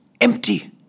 empty